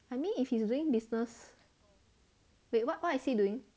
I mean if he's doing business wait what g is he doing